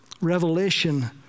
Revelation